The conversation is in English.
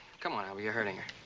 come on, albie, you're hurting her.